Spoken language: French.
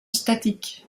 statique